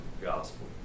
gospel